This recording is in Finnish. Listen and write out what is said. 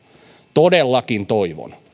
todellakin toivon